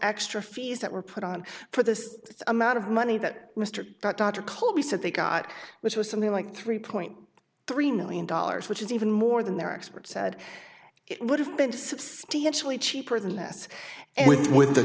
extra fees that were put on for this amount of money that mr dr colby said they got which was something like three point three million dollars which is even more than their expert said would have been substantially cheaper than less and with wi